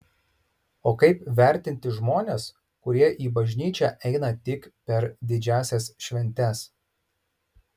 o kaip vertinti žmones kurie į bažnyčią eina tik per didžiąsias šventes